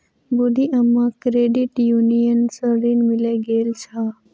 बूढ़ी अम्माक credit union स ऋण मिले गेल छ